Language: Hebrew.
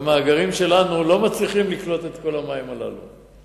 והמאגרים שלנו לא מצליחים לקלוט את כל המים הללו.